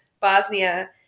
Bosnia